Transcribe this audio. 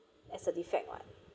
Has a defect [what]